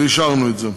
ואישרנו את זה.